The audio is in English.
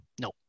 No